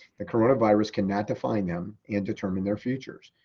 the coronavirus can not define them and determine their futures.